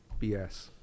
BS